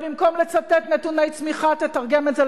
אבל במקום לתת יותר שירותים חברתיים